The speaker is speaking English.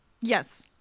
Yes